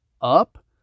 up